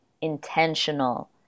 intentional